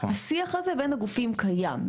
השיח הזה בין הגופים קיים,